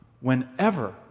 Whenever